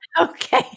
Okay